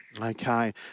Okay